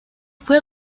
fue